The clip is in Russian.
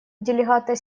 делегата